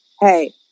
hey